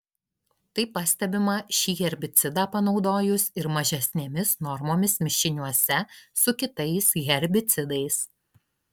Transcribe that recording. tai pastebima šį herbicidą panaudojus ir mažesnėmis normomis mišiniuose su kitais herbicidais